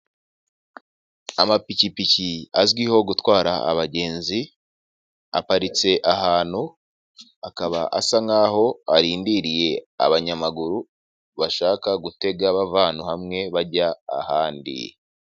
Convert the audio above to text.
Amapikipiki azwiho gutwara abagenzi, aparitse ahantu, akaba asa nkaho arindiriye abanyamaguru, bashaka gutega bava hamwe bajya ahandi.